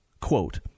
quote